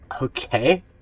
okay